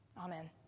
Amen